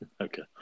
Okay